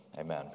Amen